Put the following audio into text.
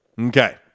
Okay